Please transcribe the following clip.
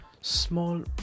small